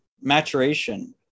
maturation